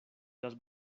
las